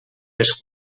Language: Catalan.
les